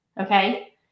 okay